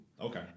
Okay